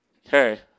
Hey